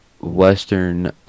Western